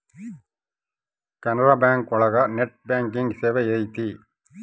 Canara Bank ಒಳಗ net banking ಸೇವೆ ಐತಿ